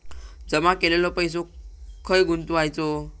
जमा केलेलो पैसो खय गुंतवायचो?